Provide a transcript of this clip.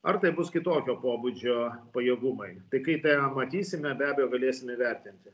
ar tai bus kitokio pobūdžio pajėgumai tai kaip matysime be abejo galėsim įvertinti